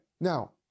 Now